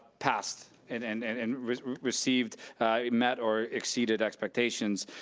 passed, and and and and received met or exceeded expectations.